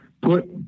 put